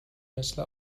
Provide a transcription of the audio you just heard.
مثل